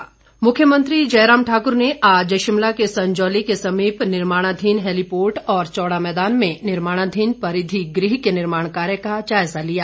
निरीक्षण मुख्यमंत्री जयराम ठाक्र ने आज शिमला के संजौली के समीप निर्माणाधीन हैलीपोर्ट और चौड़ा मैदान में निर्माणाधीन परिधिगृह के निर्माण कार्य का जायजा लिया